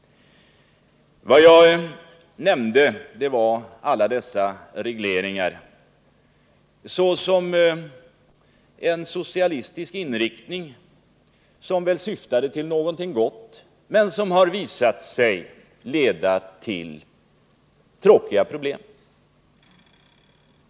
Vad jag nämnde var att alla dessa regleringar innebär en typisk socialistisk inriktning, som väl syftade till något gott men som har visat sig leda till tråkiga problem.